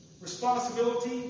responsibility